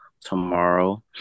tomorrow